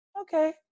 okay